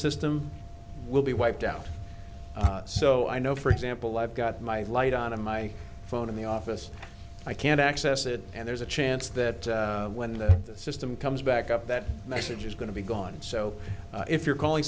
system will be wiped out so i know for example i've got my eye light on my phone in the office i can't access it and there's a chance that when the system comes back up that message is going to be gone and so if you're calling